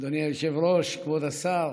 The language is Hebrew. אדוני היושב-ראש, כבוד השר,